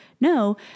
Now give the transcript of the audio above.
no